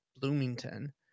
Bloomington